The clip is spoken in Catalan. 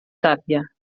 tàpia